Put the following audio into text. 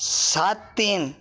ସାତ ତିନ